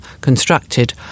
constructed